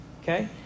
Okay